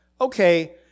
okay